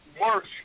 worse